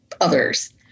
others